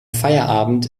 feierabend